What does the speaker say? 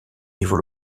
niveau